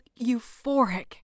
euphoric